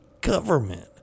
government